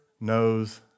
Knows